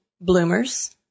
Bloomers